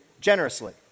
generously